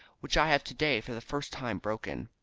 which i have today for the first time broken.